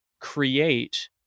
create